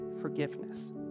forgiveness